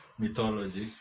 mythology